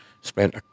Spent